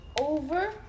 over